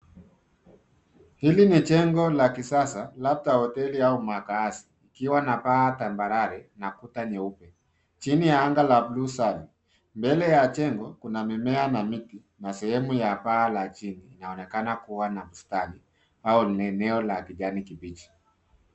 Hili ni jengo la kisasa labda hoteli au makaazi. Ikiwa na paa tambarare na kuta nyeupe. Chini ya anga la buluu safi. Mbele ya jengo kuna mimea na miti na sehemu ya paa la chini kunaonekana kuwa na bustani au eneo la kijani kibichi.